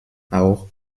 auch